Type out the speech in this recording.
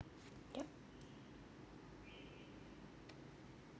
yup